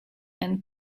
and